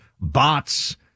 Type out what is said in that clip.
bots